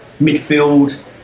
Midfield